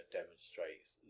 demonstrates